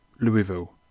Louisville